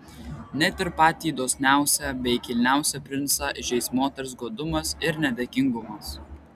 net ir patį dosniausią bei kilniausią princą įžeis moters godumas ir nedėkingumas